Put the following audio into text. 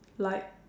like